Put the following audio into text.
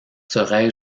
serais